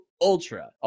Ultra